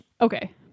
Okay